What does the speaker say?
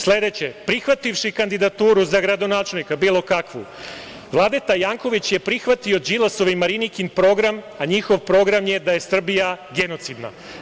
Sledeće, prihvativši kandidaturu za gradonačelnika bilo kakvu, Vladeta Janković je prihvatio Đilasov i Marinikin program, a njihov program je da je Srbija genocidna.